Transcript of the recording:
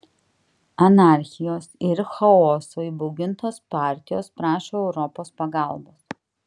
anarchijos ir chaoso įbaugintos partijos prašo europos pagalbos